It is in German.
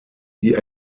die